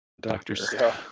Doctor